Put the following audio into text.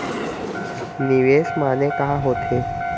निवेश माने का होथे?